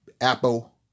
Apple